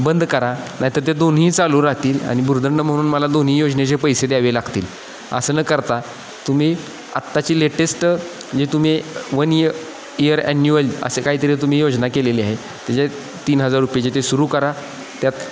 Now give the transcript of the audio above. बंद करा नाही तर ते दोन्हीही चालू राहतील आणि भुर्दंड म्हणून मला दोन्ही योजनेचे पैसे द्यावे लागतील असं न करता तुम्ही आत्ताची लेटेस्ट जे तुम्ही वन इय इअर ॲन्युअल असं काही तरी तुम्ही योजना केलेली आहे त्याच्यात तीन हजार रुपये जे ते सुरू करा त्यात